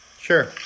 Sure